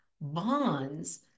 bonds